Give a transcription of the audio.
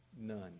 None